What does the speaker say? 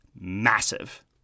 massive